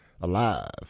alive